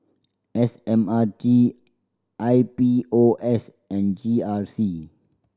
S M R T I P O S and G R C